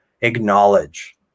acknowledge